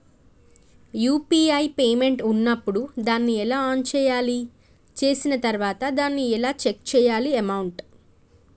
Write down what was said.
UPI payment ఉన్నప్పుడు దాన్ని ఎలా ఆన్ చేయాలి? చేసిన తర్వాత దాన్ని ఎలా చెక్ చేయాలి అమౌంట్?